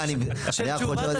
של תשובת אנשי המחשוב.